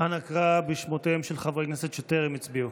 אנא קרא בשמותיהם של חברי כנסת שטרם הצביעו.